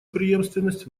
преемственность